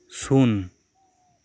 ᱥᱩᱱ